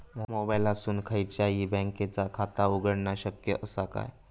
मोबाईलातसून खयच्याई बँकेचा खाता उघडणा शक्य असा काय?